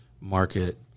market